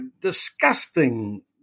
disgusting